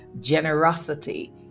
generosity